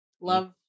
love